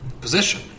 position